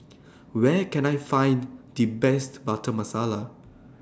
Where Can I Find The Best Butter Masala